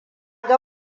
ga